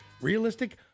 Realistic